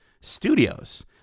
Studios